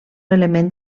element